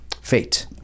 fate